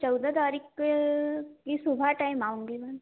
चौदह तारीख की सुबह टाइम आऊँगी मैम